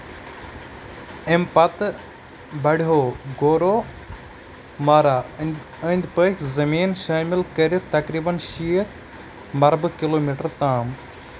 اَمہِ پتہٕ بڑٮ۪و گورومارا أنٛدۍ پٔکۍ زٔمیٖن شٲمِل کٔرِتھ تقریبن شیٖتھ مربع کلوٗمیٹر تام